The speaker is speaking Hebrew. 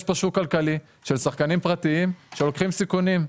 יש פה שוק כלכלי של שחקנים פרטיים שלוקחים סיכונים.